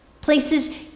Places